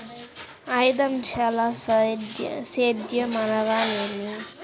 ఐదంచెల సేద్యం అనగా నేమి?